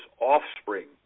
offspring